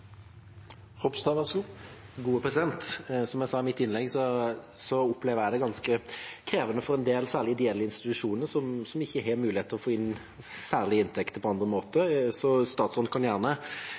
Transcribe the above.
Som jeg sa i mitt innlegg, opplever jeg det ganske krevende for en del institusjoner, særlig ideelle, som ikke har mulighet til å få inn særlig med inntekter på andre måter.